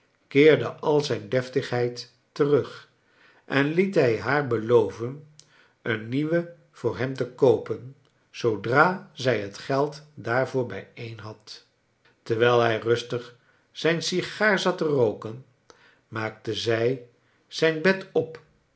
keerde al zijn deftigheid terug en liet hij haar beloven een nieuwe voor hem te koopen zoodra zij het geld daarvoor bijeen had terwijl hij rustig zijn sigaar zat te rooken maakte zij zijn bed op